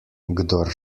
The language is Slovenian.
kdor